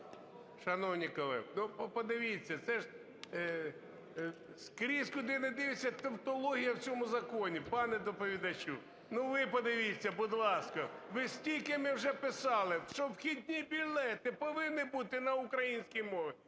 Шановні колеги, ну, подивіться, це ж скрізь, куди не дивишся, тавтологія в цьому законі. Пане доповідачу, ну, ви подивіться, будь ласка. Скільки ми вже писали, що вхідні білети повинні бути на українській мові